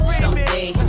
someday